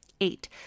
Eight